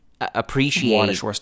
appreciate